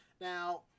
Now